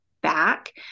back